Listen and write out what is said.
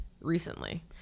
recently